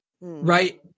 right